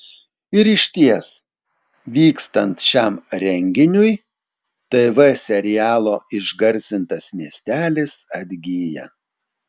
ir išties vykstant šiam renginiui tv serialo išgarsintas miestelis atgyja